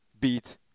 beat